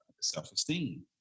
self-esteem